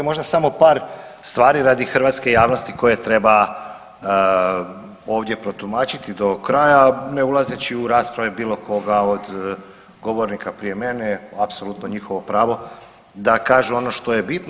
Možda samo par stvari radi hrvatske javnosti koje treba ovdje protumačiti do kraja, ne ulazeći u rasprave bilo koga od govornika prije mene, apsolutno je njihovo pravo da kažu ono što je bitno.